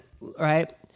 right